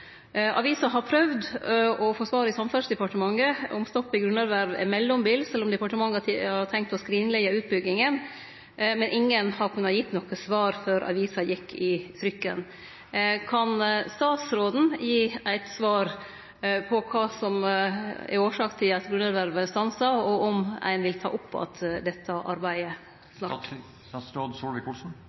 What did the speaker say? har prøvd å få svar i Samferdselsdepartementet på om stoppen i grunnervervet er mellombels eller om departementet har tenkt å skrinleggje utbygginga, men ingen har kunna gi noko svar før avisa gjekk i trykken. Kan statsråden gi eit svar på kva som er årsaka til at grunnervervet er stansa, og på om ein vil ta opp att dette arbeidet?